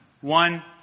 one